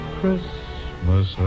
Christmas